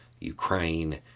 Ukraine